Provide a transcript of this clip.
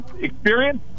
experience